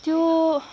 त्यो